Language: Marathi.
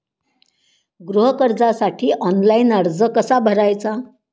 गृह कर्जासाठी ऑनलाइन अर्ज कसा भरायचा?